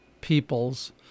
peoples